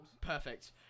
Perfect